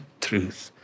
truth